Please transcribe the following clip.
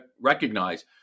recognize